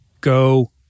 go